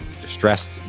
distressed